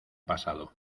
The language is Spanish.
pasado